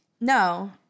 No